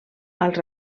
als